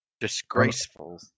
disgraceful